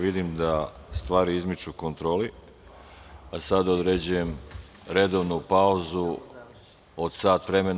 Vidim da stvari izmiču kontroli, pa sada određujem redovnu pauzu od sat vremena.